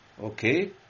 Okay